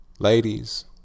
Ladies